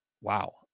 Wow